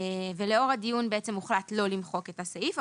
לאור הדיון הוחלט לא למחוק את הסעיף,